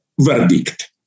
verdict